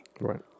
Right